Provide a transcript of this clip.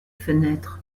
fenêtres